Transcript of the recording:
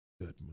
good